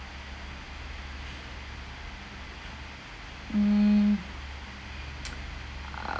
mm uh